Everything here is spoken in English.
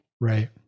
right